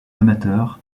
amateurs